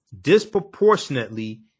disproportionately